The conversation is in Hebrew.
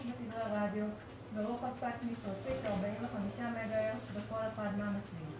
בתדרי רדיו ברוחב פס מצרפי של 45 מגה-הרץ בכל אחד מהמוקדים.